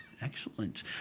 Excellent